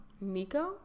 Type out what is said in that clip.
Nico